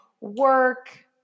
work